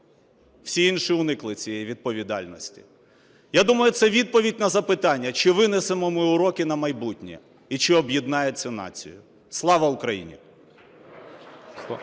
Всі інші уникли цієї відповідальності. Я думаю, це відповідь на запитання, чи винесемо ми уроки на майбутнє і чи об'єднає це націю. Слава Україні!